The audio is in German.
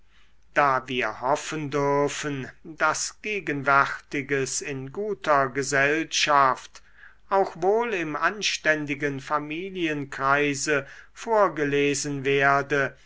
da wir hoffen dürfen daß gegenwärtiges in guter gesellschaft auch wohl im anständigen familienkreise vorgelesen werde